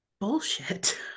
bullshit